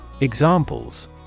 Examples